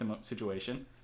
situation